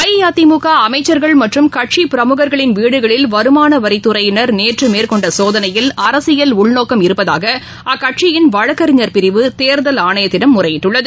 அஇஅதிமுகஅமைச்சர்கள் மற்றும் கட்சிபிரமுகர்களின் வீடுகளில் வருமானவரித்துறையினர் நேற்றுமேற்கொண்டசோதனையில் அரசியல் உள்நோக்கம் இருப்பதாகஅக்கட்சியின் வழக்கறிஞர் பிரிவு தேர்தல் ஆணையத்திடம் முறையிட்டுள்ளது